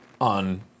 On